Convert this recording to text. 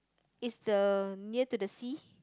is the near to the sea